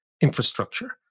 infrastructure